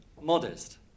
Modest